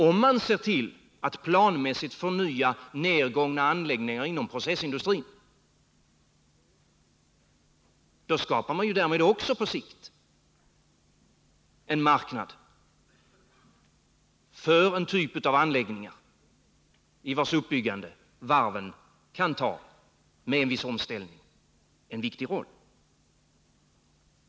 Om man ser till att planmässigt förnya nedgångna anläggningar inom processindustrin skapar man också på sikt en marknad för en typ av anläggningar, i vars uppbyggande varven med en viss omställning kan spela en viktig roll.